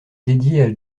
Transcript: dédiée